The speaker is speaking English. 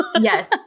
Yes